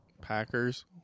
packers